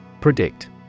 Predict